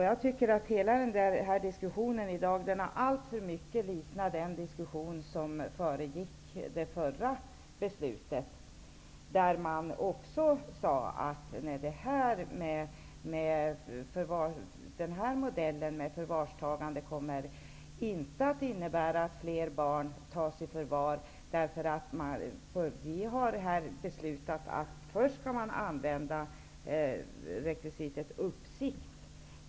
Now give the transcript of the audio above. Jag tycker att hela den här debatten i dag alltför mycket liknar den diskussion som föregick det förra beslutet, när man också sade att modellen med förvarstagande inte skulle innebära att fler barn tas i förvar, för man hade beslutat att först använda rekvisitet uppsikt.